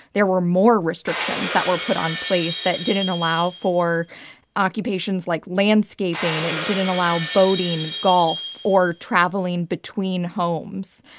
there were more restrictions that were put on place that didn't allow for occupations like landscaping. and it didn't allow boating, golf or traveling between homes.